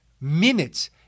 minutes